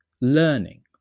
learning